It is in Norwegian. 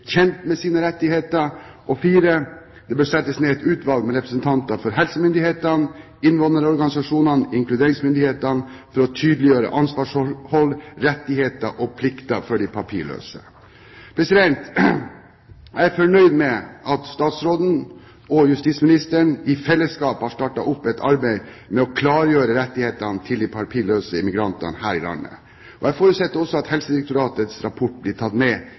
kjent med sine rettigheter. Det bør settes ned et utvalg med representanter for helsemyndighetene, innvandrerorganisasjonene og inkluderingsmyndighetene for å tydeliggjøre ansvarsforhold, rettigheter og plikter for de papirløse. Jeg er fornøyd med at statsråden og justisministeren i fellesskap har startet opp et arbeid med å klargjøre rettighetene til de papirløse migrantene her i landet. Jeg forutsetter også at Helsedirektoratets rapport blir tatt med